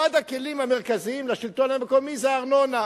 אחד הכלים המרכזיים של השלטון המקומי זה הארנונה.